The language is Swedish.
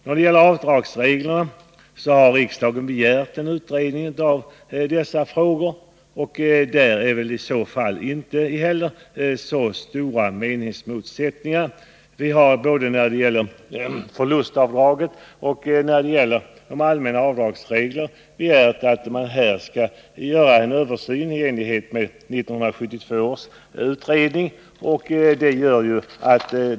Beträffande avdragsreglerna har riksdagen begärt en utredning, och det finns väl inte heller i detta avseende så stora meningsmotsättningar. Riksdagen har både när det gäller förlustavdraget och när det gäller avdragsreglerna begärt att en översyn skall göras i enlighet med 1972 års skatteutrednings förslag.